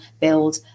build